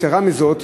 יתרה מזאת,